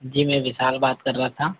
जी मैं विशाल बात कर रहा था